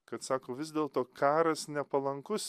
kad sako vis dėlto karas nepalankus